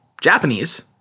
Japanese